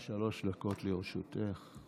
שלוש דקות לרשותך.